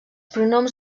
pronoms